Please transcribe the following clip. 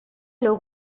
leur